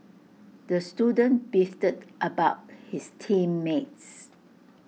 the student beefed about his team mates